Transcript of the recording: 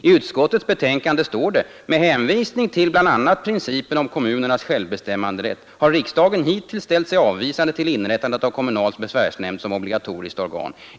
I utskottets betänkande står nämligen på s. 4: ”Med hänvisning till bl.a. principen om kommunernas självbestämmanderätt har riksdagen hittills ställt sig avvisande till inrättande av kommunal besvärsnämnd som obligatoriskt organ.